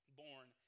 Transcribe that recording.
born